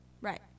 Right